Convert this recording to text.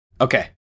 Okay